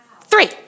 Three